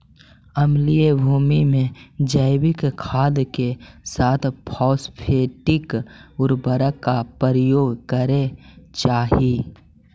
अम्लीय भूमि में जैविक खाद के साथ फॉस्फेटिक उर्वरक का प्रयोग करे चाही